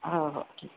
हो हो ठीक